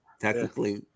technically